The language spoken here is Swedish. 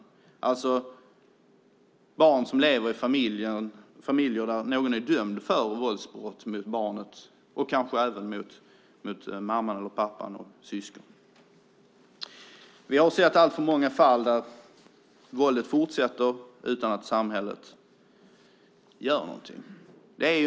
Det är alltså barn som lever i familjer där någon är dömd för våldsbrott mot barnet och kanske även mot mamman, pappan eller något syskon. Vi har sett alltför många fall där våldet fortsätter utan att samhället gör något.